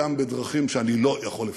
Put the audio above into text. גם בדרכים שאני לא יכול לפרט.